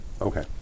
Okay